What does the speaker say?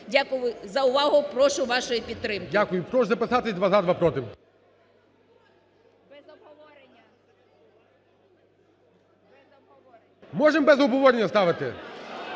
Дякую за увагу. Прошу вашої підтримки.